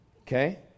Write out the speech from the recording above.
Okay